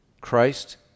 Christ